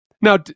Now